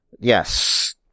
Yes